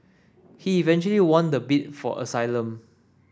he eventually won the bid for asylum